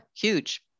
huge